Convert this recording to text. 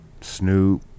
Snoop